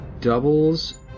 doubles